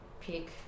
pick